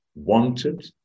Wanted